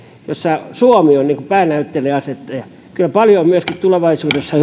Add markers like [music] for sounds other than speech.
jossa suomi on päänäytteilleasettaja kyllä paljon on tulevaisuudessa [unintelligible]